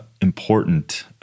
important